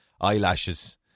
eyelashes